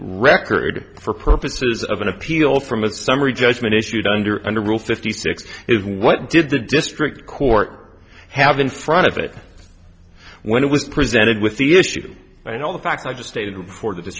record for purposes of an appeal from a summary judgment issued under under rule fifty six is what did the district court have in front of it when it was presented with the issue and all the facts i just stated